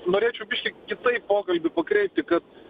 norėčiau biškį kitaip pokalbį pakreipti kad